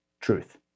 truth